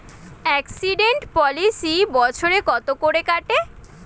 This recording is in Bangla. এক্সিডেন্ট পলিসি বছরে কত করে কাটে?